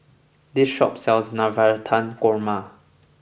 this shop sells Navratan Korma